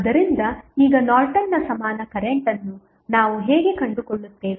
ಆದ್ದರಿಂದ ಈಗ ನಾರ್ಟನ್ನ ಸಮಾನ ಕರೆಂಟ್ ಅನ್ನು ನಾವು ಹೇಗೆ ಕಂಡುಕೊಳ್ಳುತ್ತೇವೆ